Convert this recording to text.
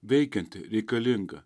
veikianti reikalinga